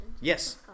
yes